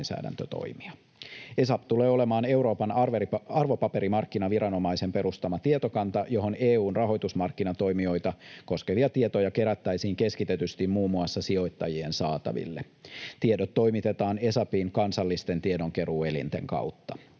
ESAP tulee olemaan Euroopan arvopaperimarkkinaviranomaisen perustama tietokanta, johon EU:n rahoitusmarkkinatoimijoita koskevia tietoja kerättäisiin keskitetysti muun muassa sijoittajien saataville. Tiedot toimitetaan ESAPiin kansallisten tiedonkeruuelinten kautta.